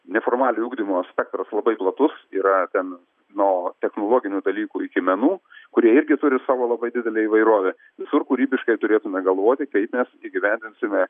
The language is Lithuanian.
neformaliojo ugdymo spektras labai platus yra ten nuo technologinių dalykų iki menų kurie irgi turi savo labai didelę įvairovę visur kūrybiškai turėtume galvoti kaip mes įgyvendinsime